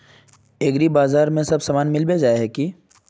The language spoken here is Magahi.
एग्रीबाजार में सब सामान मिलबे जाय है की?